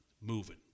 moving